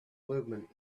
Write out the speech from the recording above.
movement